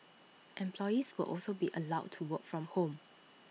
employees will also be allowed to work from home